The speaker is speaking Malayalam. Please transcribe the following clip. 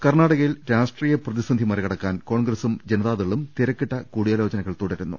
കർണ്ണാടകയിൽ രാഷ്ട്രീയ പ്രതിസന്ധി മറികടക്കാൻ കോൺഗ്രസും ജനതാദളും തിരക്കിട്ട കൂടിയാലോചന തുടരുന്നു